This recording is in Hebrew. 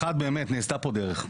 ראשית, באמת נעשתה פה דרך.